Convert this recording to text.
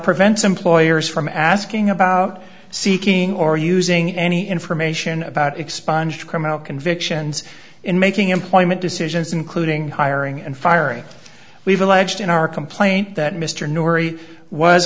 prevents employers from asking about seeking or using any information about expunged criminal convictions in making employment decisions including hiring and firing we've alleged in our complaint that mr